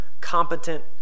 competent